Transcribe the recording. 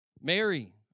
Mary